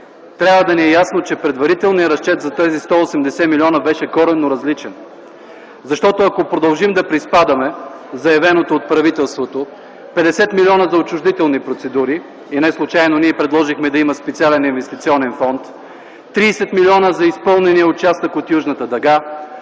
трябва да ни е ясно, че предварителният разчет за тези 180 млн. беше коренно различен. Ако продължим да приспадаме заявеното от правителството – 50 млн. за отчуждителни процедури, и не случайно ние предложихме да има специален инвестиционен фонд, 30 млн. за изпълнения участък от Южната дъга,